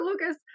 Lucas